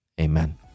Amen